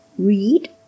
Read